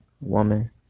woman